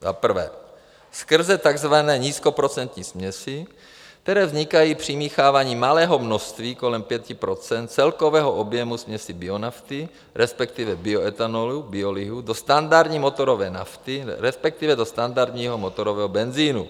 Za prvé skrze takzvané nízkoprocentní směsi, které vznikají přimícháváním malého množství, kolem 5 %, celkového objemu směsi bionafty, resp. bioetanolu, biolihu do standardní motorové nafty, resp. do standardního motorového benzinu.